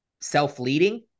self-leading